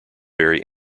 very